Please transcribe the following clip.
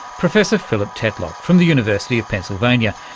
professor philip tetlock from the university of pennsylvania,